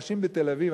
אנשים בתל-אביב,